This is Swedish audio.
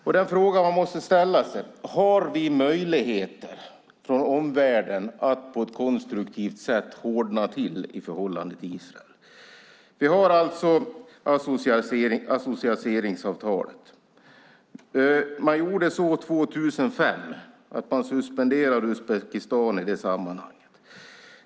Man måste fråga om vi från omvärlden har möjlighet att på ett konstruktivt sätt hårdna mot Israel. Vi har ju associeringsavtalet. År 2005 suspenderade man Uzbekistan.